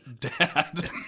Dad